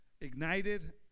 ignited